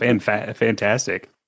Fantastic